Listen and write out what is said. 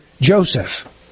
Joseph